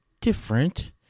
different